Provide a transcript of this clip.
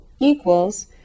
equals